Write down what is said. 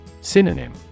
Synonym